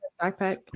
Backpack